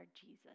Jesus